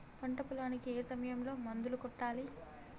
పంట పొలానికి ఏ సమయంలో మందులు కొట్టాలి?